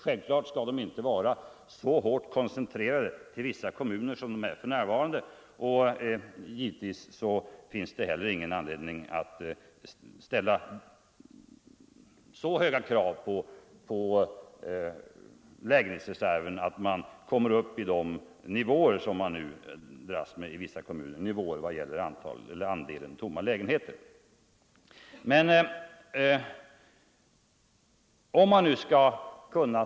Självfallet skall inte dessa tomma lägenheter vara så hårt koncentrerade till vissa kommuner som de är för närvarande, och givetvis finns inte heller någon anledning att ställa så höga krav på en lägenhetsreserv att man kommer upp i de nivåer vad gäller andelen tomma lägenheter som vissa kommuner nu har.